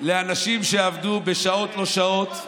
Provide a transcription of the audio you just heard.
לאנשים שעבדו בשעות לא שעות,